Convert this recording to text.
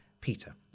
Peter